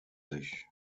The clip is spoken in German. sich